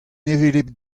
hevelep